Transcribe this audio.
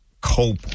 cope